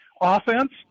offense